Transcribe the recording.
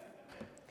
כן.